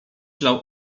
lał